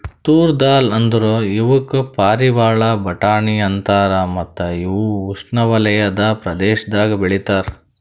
ತೂರ್ ದಾಲ್ ಅಂದುರ್ ಇವುಕ್ ಪಾರಿವಾಳ ಬಟಾಣಿ ಅಂತಾರ ಮತ್ತ ಇವು ಉಷ್ಣೆವಲಯದ ಪ್ರದೇಶದಾಗ್ ಬೆ ಳಿತಾರ್